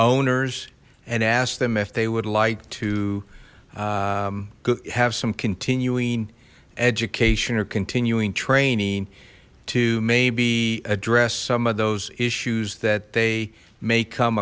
owners and ask them if they would like to have some continuing education or continuing training to maybe address some of those issues that they may come